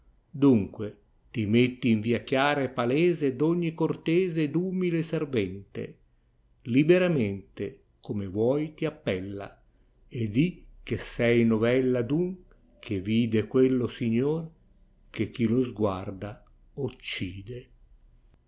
dunque ti metti in via chiara e palese d ogni cortese ed umile servente liberamente come vuoi ti appella di che sei novella d un che vide quello signor che chi lo sguarda occide